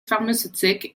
pharmaceutiques